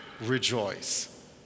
rejoice